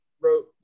wrote